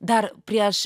dar prieš